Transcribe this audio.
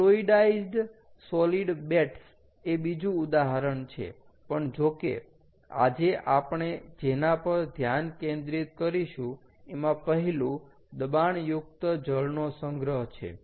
fluidised solid beds એ બીજું ઉદાહરણ છે પણ જો કે આજે આપણે જેના પર ધ્યાન કેન્દ્રિત કરીશું એમાં પહેલું દબાણયુકત જળ નો સંગ્રહ છે